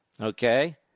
Okay